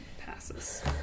Passes